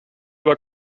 war